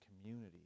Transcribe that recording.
community